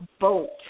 vote